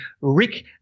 rick